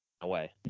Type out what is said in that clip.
away